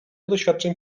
doświadczeń